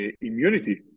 immunity